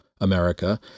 America